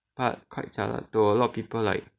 but quite jialat though a lot of people like